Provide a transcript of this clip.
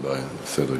אין בעיה, בסדר גמור.